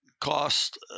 cost